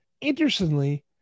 Interestingly